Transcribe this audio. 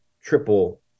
triple